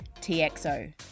TXO